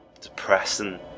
depressing